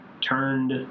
turned